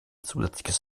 zusätzliches